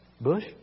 Bush